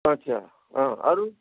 अच्छा अँ अरू